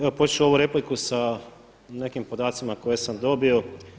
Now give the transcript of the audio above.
Evo početi ću ovu repliku sa nekim podacima koje sam dobio.